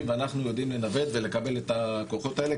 ואנחנו יודעים לנווט ולקבל את הכוחות האלה,